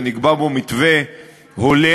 ונקבע בו מתווה הולם.